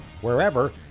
Wherever